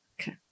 Okay